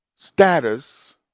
status